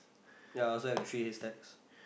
ya I also have three hay stacks